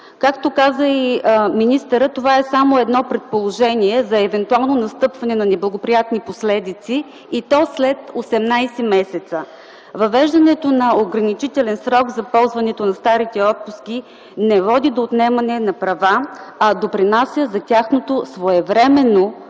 Както каза и министърът – това е само едно предположение за евентуално настъпване на неблагоприятни последици и то след 18 месеца. Въвеждането на ограничителен срок за ползването на старите отпуски не води до отнемане на права, а допринася за тяхното своевременно